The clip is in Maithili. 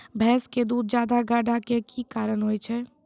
भैंस के दूध ज्यादा गाढ़ा के कि कारण से होय छै?